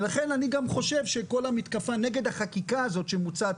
לכן אני גם חושב שכל המתקפה נגד החקיקה שמוצעת